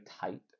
tight